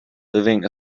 living